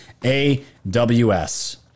AWS